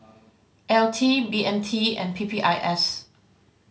L T B M T and P P I S